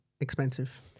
expensive